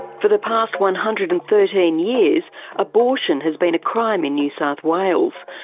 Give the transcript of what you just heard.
for the past one hundred and thirteen years abortion has been a crime in new south wales,